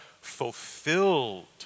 fulfilled